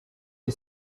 iri